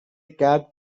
cab